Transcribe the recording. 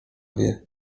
wie